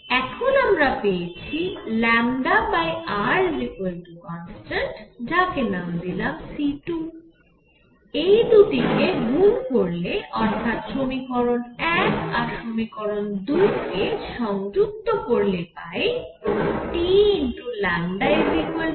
এখন আমরা পেয়েছি rconstant যাকে নাম দিলাম c2 এই দুটি কে গুন করলে অর্থাৎ সমীকরণ 1 আর সমীকরণ 2 কে সংযুক্ত করলে পাই Tconstant